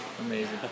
Amazing